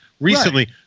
recently